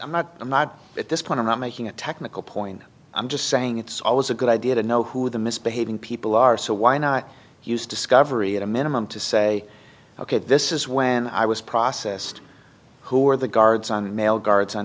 i'm not i'm not at this point i'm not making a technical point i'm just saying it's always a good idea to know who the misbehaving people are so why not use discovery at a minimum to say ok this is when i was processed who are the guards on the mail guards on